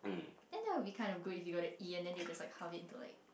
then that will be kind of good if you got a E and they will just like halve it into like